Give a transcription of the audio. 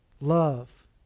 Love